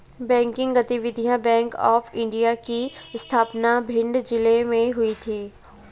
banking गतिविधियां bank of India की स्थापना भिंड जिले में हुई थी